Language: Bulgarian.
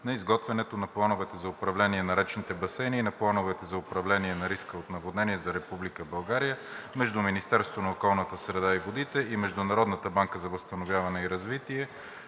на изготвянето на Планове за управление на речните басейни и на Планове за управление на риска от наводнения за Република България между Министерството на околната среда и водите и Международната банка за възстановяване и развитие